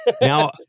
Now